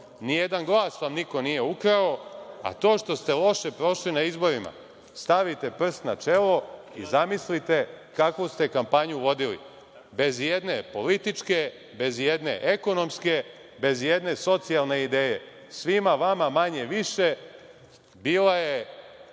Nijedan glas vam niko nije ukrao. To što ste loše prošli na izborima, stavite prst na čelo i zamislite kakvu ste kampanju vodili, bez ijedne političke, bez ijedne ekonomske, bez ijedne socijalne ideje. Svima vama manje-više bila je